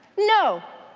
no.